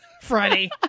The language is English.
Friday